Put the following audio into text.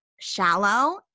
shallow